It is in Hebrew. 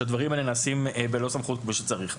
כשהדברים האלה נעשים בלא סמכות כמו שצריך.